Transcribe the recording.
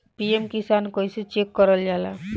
PM Kisan कइसे check करल जाला?